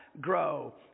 grow